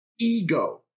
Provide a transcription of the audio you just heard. ego